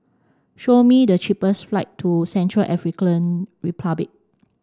show me the cheapest flight to Central African Republic